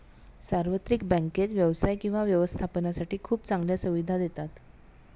सार्वत्रिक बँकेत व्यवसाय किंवा व्यवस्थापनासाठी खूप चांगल्या सुविधा देतात